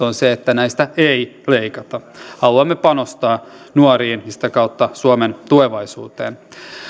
on se että näistä ei leikata haluamme panostaa nuoriin ja sitä kautta suomen tulevaisuuteen